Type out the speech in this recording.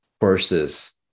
versus